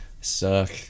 suck